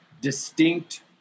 distinct